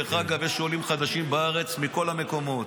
דרך אגב, יש בארץ עולים חדשים מכל המקומות,